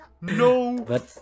No